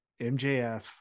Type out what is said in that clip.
MJF